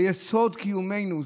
ביסוד קיומנו.